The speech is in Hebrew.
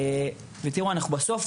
בסוף,